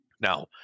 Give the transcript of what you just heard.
Now